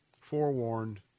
forewarned